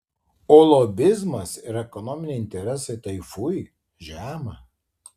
o lobizmas ir ekonominiai interesai tai fui žema